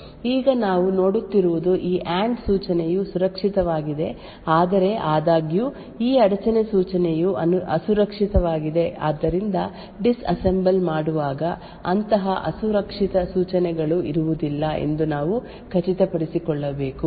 ಈಗ ನಾವು ನೋಡುತ್ತಿರುವುದು ಈ ಅಂಡ್ ಸೂಚನೆಯು ಸುರಕ್ಷಿತವಾಗಿದೆ ಆದರೆ ಆದಾಗ್ಯೂ ಈ ಅಡಚಣೆ ಸೂಚನೆಯು ಅಸುರಕ್ಷಿತವಾಗಿದೆ ಆದ್ದರಿಂದ ಡಿಸ್ಅಸೆಂಬಲ್ ಮಾಡುವಾಗ ಅಂತಹ ಅಸುರಕ್ಷಿತ ಸೂಚನೆಗಳು ಇರುವುದಿಲ್ಲ ಎಂದು ನಾವು ಖಚಿತಪಡಿಸಿಕೊಳ್ಳಬೇಕು